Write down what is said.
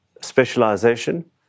specialization